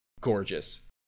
Gorgeous